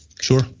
Sure